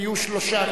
ויהיו שלושה,